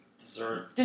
Dessert